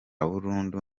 burundu